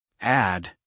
Add